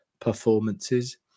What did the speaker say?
performances